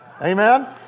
Amen